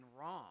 wrong